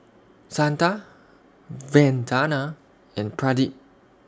Santha Vandana and Pradip